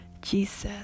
jesus